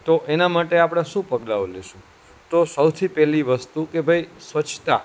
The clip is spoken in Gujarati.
તો એના માટે આપણે શું પગલાંઓ લેશું તો સૌથી પહેલી વસ્તુ કે ભાઈ સ્વચ્છતા